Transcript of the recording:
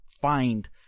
find